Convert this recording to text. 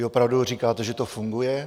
Vy opravdu říkáte, že to funguje?